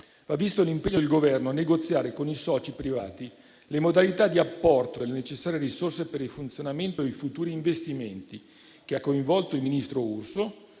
va visto l'impegno del Governo a negoziare con i soci privati le modalità di apporto delle necessarie risorse per il funzionamento e i futuri investimenti; impegno che ha coinvolto il ministro Urso,